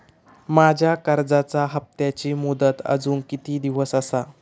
माझ्या कर्जाचा हप्ताची मुदत अजून किती दिवस असा?